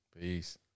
Peace